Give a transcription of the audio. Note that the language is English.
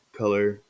color